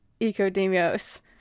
Ecodemios